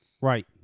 Right